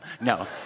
No